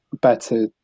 better